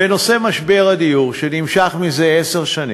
בנושא משבר הדיור, שנמשך זה עשר שנים,